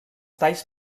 talls